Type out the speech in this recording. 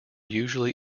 usually